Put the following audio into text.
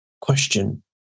question